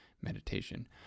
meditation